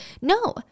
No